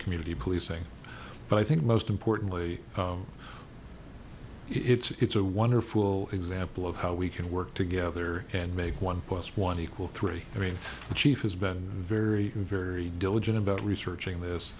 community policing but i think most importantly it's a wonderful example of how we can work together and make one plus one equal three i mean the chief has been very very diligent about researching this